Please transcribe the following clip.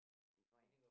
define